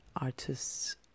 artists